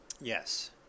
Yes